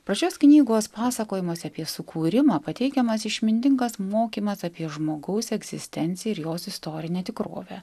pačios knygos pasakojimus apie sukūrimą pateikiamas išmintingas mokymas apie žmogaus egzistenciją ir jos istorinę tikrovę